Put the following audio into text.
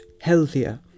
healthier